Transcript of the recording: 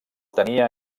tenia